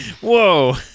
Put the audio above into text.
Whoa